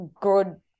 good